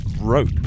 rope